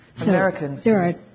Americans